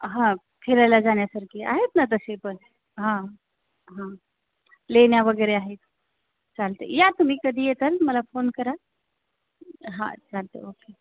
हा फिरायला जाण्यासारखे आहेत ना तसेपण हा हा लेण्या वगैरे आहेत चालते या तुम्ही कधी येता मला फोन करा हा चालते ओके